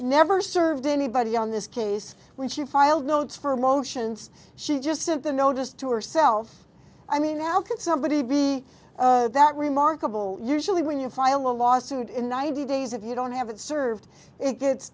never served any body on this case when she filed notes for motions she just took the notice to herself i mean how can somebody be that remarkable usually when you file a lawsuit in ninety days if you don't have it served it gets